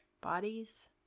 bodies